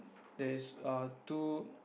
there is err two